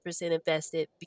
invested